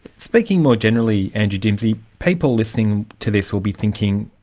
speaking more generally, andrew dimsey, people listening to this will be thinking,